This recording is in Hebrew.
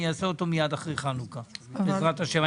אני אעשה אותו מיד אחרי חנוכה בעזרת השם.